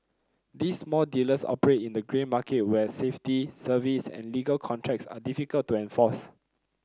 these small dealers operate in the grey market where safety service and legal contracts are difficult to enforce